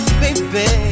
baby